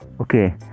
Okay